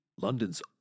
London's